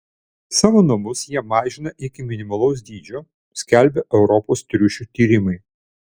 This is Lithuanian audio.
savo namus jie mažina iki minimalaus dydžio skelbia europos triušių tyrimai